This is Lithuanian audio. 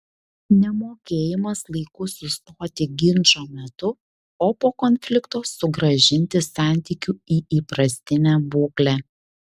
nemokėjimas laiku sustoti ginčo metu o po konflikto sugrąžinti santykių į įprastinę būklę